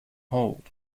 hold